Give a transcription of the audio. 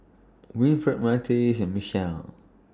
Winfred Myrtis and Michelle